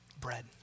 Bread